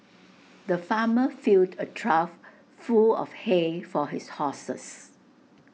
the farmer filled A trough full of hay for his horses